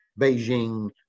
Beijing